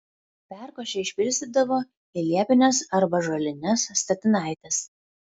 perkošę išpilstydavo į liepines arba ąžuolines statinaites